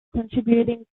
contributing